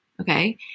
okay